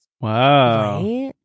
Wow